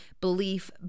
belief